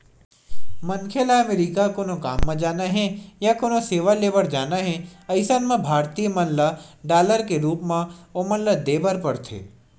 मनखे ल अमरीका कोनो काम म जाना हे या कोनो सेवा ले बर जाना हे अइसन म भारतीय मन ल डॉलर के रुप म ओमन ल देय बर परथे